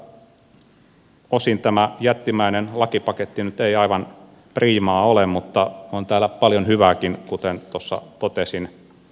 kaikilta osin tämä jättimäinen lakipaketti nyt ei aivan priimaa ole mutta on täällä paljon hyvääkin kuten tuossa totesin